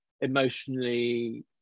emotionally